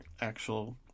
actual